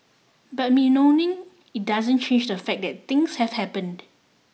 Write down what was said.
but bemoaning it doesn't change the fact that things have happened